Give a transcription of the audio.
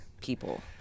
people